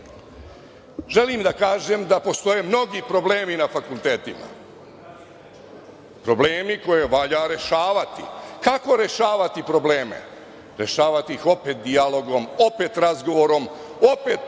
želim da kažem da postoje mnogi problemi na fakultetima, problemi koje valja rešavati. Kako rešavati probleme? Rešavati ih opet dijalogom, opet razgovorom, opet